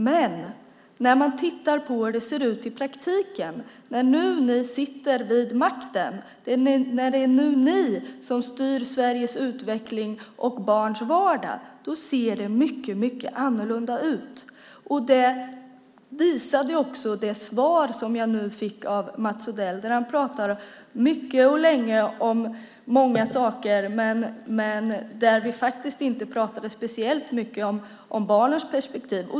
Men när man tittar på hur det ser ut i praktiken när ni nu sitter vid makten, när det nu är ni som styr Sveriges utveckling och barns vardag ser det mycket annorlunda ut. Det visade också det svar som jag nu fick av Mats Odell, där han pratade mycket och länge om många saker men inte speciellt mycket om barnens perspektiv.